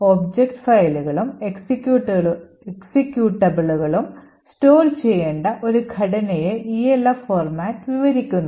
object ഫയലുകളും എക്സിക്യൂട്ടബിളുകളും store ചെയ്യേണ്ട ഒരു ഘടനയെ ELF ഫോർമാറ്റ് വിവരിക്കുന്നു